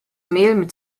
mehl